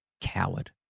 Coward